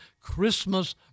Christmas